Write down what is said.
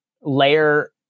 layer